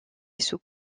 sous